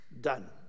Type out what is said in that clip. Done